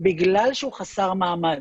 בגלל שהוא חסר מעמד.